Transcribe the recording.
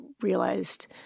realized